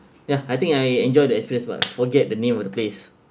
ya I think I enjoy the experience too much forget the name of the place